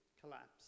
collapse